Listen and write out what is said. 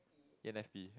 e_n_f_p